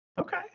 okay